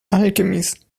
alchemist